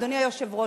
אדוני היושב-ראש,